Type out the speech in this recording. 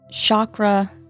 chakra